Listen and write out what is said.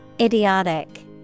Idiotic